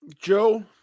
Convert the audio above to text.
Joe